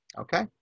Okay